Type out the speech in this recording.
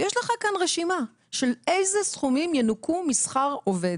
ויש לך כאן רשימה של איזה סכומים ינוכו משכר עובד.